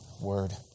word